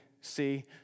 see